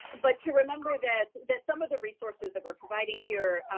but to remember that that some of the resources that we're providing here,